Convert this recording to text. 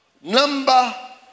Number